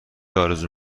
آرزو